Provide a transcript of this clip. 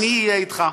אני אהיה איתך,